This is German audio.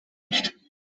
nicht